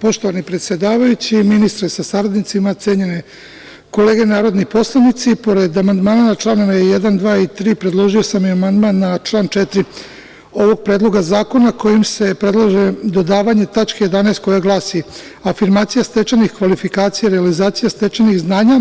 Poštovani predsedavajući, ministre sa saradnicima, cenjene kolege narodni poslanici, pored amandmana na članove 1, 2. i 3. predložio sam amandman na član 4. ovog predloga zakona, kojim se predlaže dodavanje tačke 11. koja glasi – afirmacija stečenih kvalifikacija i realizacija stečenih znanja